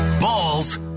balls